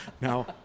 Now